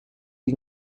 you